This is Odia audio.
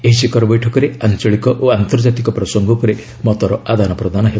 ଏହି ଶୀଖର ବୈଠକରେ ଆଞ୍ଚଳିକ ଓ ଆନ୍ତର୍ଜାତିକ ପ୍ରସଙ୍ଗ ଉପରେ ମତର ଆଦାନପ୍ରଦାନ ହେବ